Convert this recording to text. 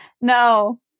No